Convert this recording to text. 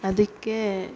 ಅದಕ್ಕೇ